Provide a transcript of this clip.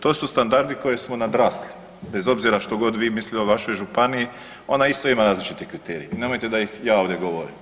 To su standardi koje smo nadrasli bez obzira što god vi mislili o vašoj županiji ona isto ima različite kriterije i nemojte da ih ja ovdje govorim.